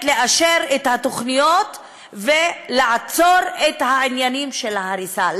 לאשר את התוכניות ולעצור את העניינים של ההריסה.